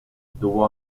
tuvo